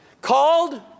Called